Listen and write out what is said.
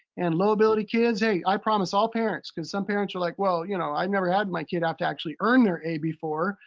and low-ability kids, hey, i promise all parents, because some parents are like, well, you know, i never had my kid have to actually earn their a before.